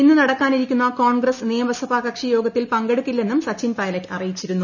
ഇന്ന് നടക്കാന്റിരിക്കുന്ന കോൺഗ്രസ് നിയമസഭാ കക്ഷി യോഗത്തിൽ പൂർക്കെട്ടുക്കില്ലെന്നും സച്ചിൻ പൈലറ്റ് അറിയിച്ചിരുന്നു